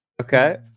Okay